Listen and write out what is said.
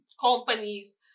companies